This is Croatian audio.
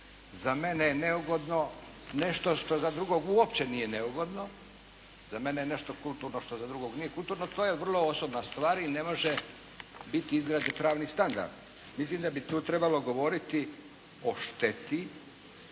Za mene je neugodno nešto što za drugog uopće nije neugodno, za mene je nešto kulturno što za drugog nije kulturno. To je vrlo osobna stvar i ne može biti izgrađen pravni standard. Mislim da bi tu trebalo govoriti o šteti